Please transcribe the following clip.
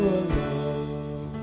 alone